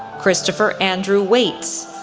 christopher andrew waites,